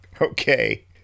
Okay